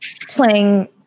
playing